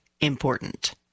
important